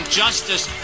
justice